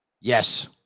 Yes